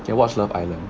do you watch love island